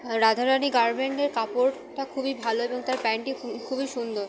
রাধারানি গারমেন্টের কাপড়টা খুবই ভালো এবং তার প্যান্টটি খুবই সুন্দর